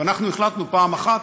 ואנחנו החלטנו פעם אחת